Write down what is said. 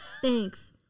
Thanks